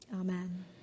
Amen